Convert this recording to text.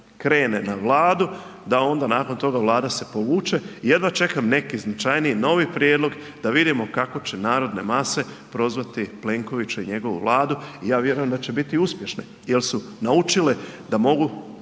krene na Vladu da onda nakon toga Vlada se povuče, jedva čekam neki značajniji novi prijedlog da vidimo kako će narodne mase prozvati Plenkovića i njegovu Vladi i ja vjerujem da će biti uspješne jel su naučile da mogu,